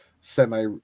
semi